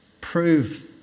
prove